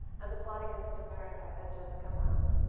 and the plot against america had just come out,